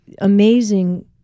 amazing